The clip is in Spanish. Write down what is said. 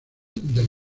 del